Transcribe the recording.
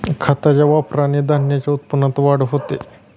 खताच्या वापराने धान्याच्या उत्पन्नात वाढ होते